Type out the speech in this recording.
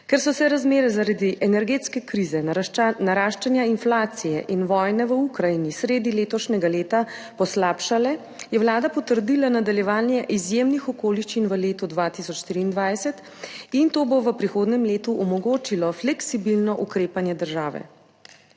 Ker so se razmere zaradi energetske krize, naraščanja inflacije in vojne v Ukrajini sredi letošnjega leta poslabšale, je Vlada potrdila nadaljevanje izjemnih okoliščin v letu 2023. To bo v prihodnjem letu omogočilo fleksibilno ukrepanje držav.